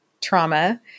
trauma